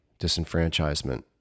disenfranchisement